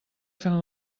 fent